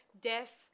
death